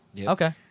okay